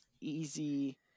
Easy